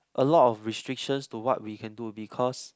a lot of restrictions to what we can do because